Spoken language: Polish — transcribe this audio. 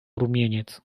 rumieniec